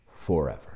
forever